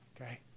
Okay